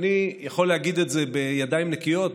אני יכול לומר זאת בידיים נקיות,